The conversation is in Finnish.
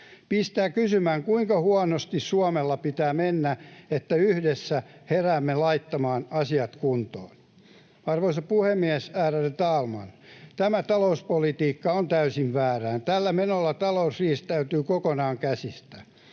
Pistää kysymään, kuinka huonosti Suomella pitää mennä, että yhdessä heräämme laittamaan asiat kuntoon. Arvoisa puhemies, ärade talman! Tämä talouspolitiikka on täysin väärää. Tällä menolla talous riistäytyy kokonaan käsistä.